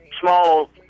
small